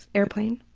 airplane?